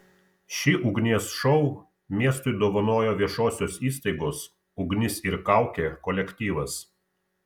šį ugnies šou miestui dovanojo viešosios įstaigos ugnis ir kaukė kolektyvas